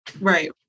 Right